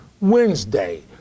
Wednesday